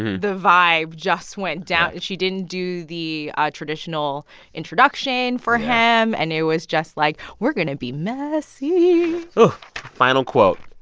the vibe just went down. she didn't do the ah traditional introduction for him. and it was just like, we're going to be messy final quote.